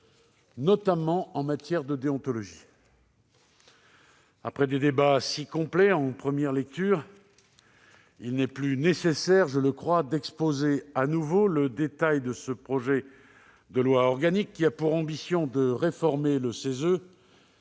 notamment en matière de déontologie. Après des débats si complets en première lecture, il n'est plus nécessaire, je le crois, d'exposer de nouveau le détail de ce projet de loi organique qui a pour ambition de réformer le CESE,